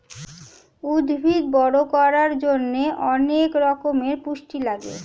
উদ্ভিদ বড় করার জন্যে অনেক রকমের পুষ্টি লাগে